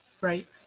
right